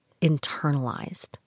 internalized